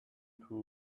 too